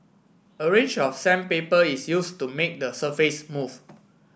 a range of sandpaper is use to make the surface smooth